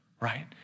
right